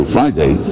Friday